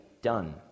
Done